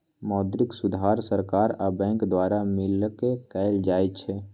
मौद्रिक सुधार सरकार आ बैंक द्वारा मिलकऽ कएल जाइ छइ